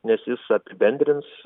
nes jis apibendrins